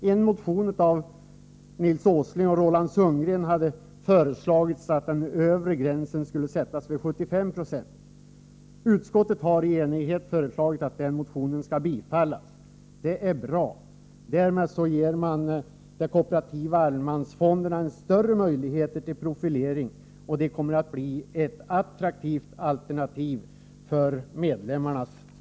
I en motion av Nils Åsling och Roland Sundgren föreslogs att den övre gränsen skulle sättas vid 75 20. Utskottet har i enighet föreslagit att denna motion skall bifallas. Det är bra. Därmed ger man de kooperativa allemansfonderna större möjligheter till profilering, och de kan bli ett attraktivt sparalternativ Herr talman!